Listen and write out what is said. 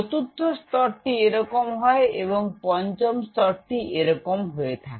চতুর্থ স্তরটি এরকম হয় এবং পঞ্চম স্তরটি এরকম হয়ে থাকে